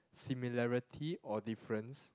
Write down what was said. similarity or difference